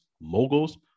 Moguls